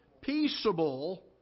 Peaceable